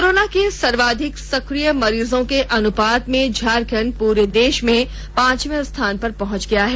corona के सर्वाधिक सक्रिय मरीजों के अनुपात में झारखंड पुरे देश में पांचवे स्थान पर पहंच गया है